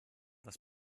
das